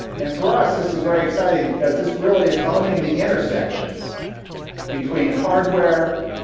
and for us, this is very exciting, because this really is owning the intersection between hardware,